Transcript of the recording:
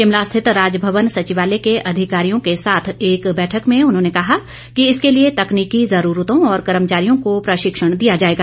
शिमला स्थित राजमवन सचिवालय के अधिकारियों के साथ एक बैठक में उन्होंने कहा कि इसके लिए तकनीकी जरूरतों और कर्मचारियों को प्रशिक्षण दिया जाएगा